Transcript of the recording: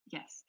Yes